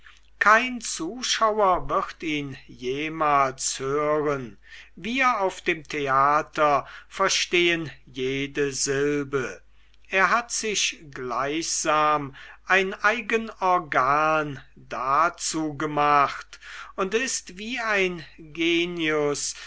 kein zuschauer wird ihn jemals hören wir auf dem theater verstehen jede silbe er hat sich gleichsam ein eigen organ dazu gemacht und ist wie ein genius